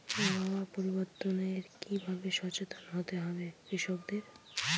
আবহাওয়া পরিবর্তনের কি ভাবে সচেতন হতে হবে কৃষকদের?